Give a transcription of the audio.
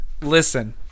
Listen